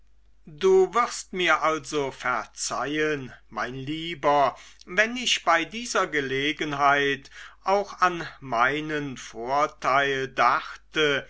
du wirst mir also verzeihen mein lieber wenn ich bei dieser gelegenheit auch an meinen vorteil dachte